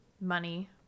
money